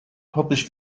published